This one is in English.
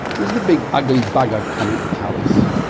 is the big ugly bugger comment callous?